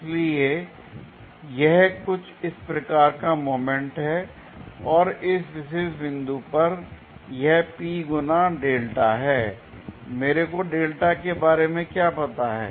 इसलिए यह कुछ इस प्रकार का मोमेंट है और इस विशेष बिंदु पर यह P गुना δ है l मेरे को δ के बारे में क्या पता है